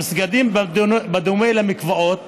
המסגדים, בדומה למקוואות